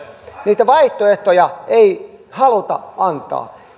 niitä vaihtoehtoja ei haluta antaa